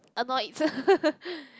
annoyed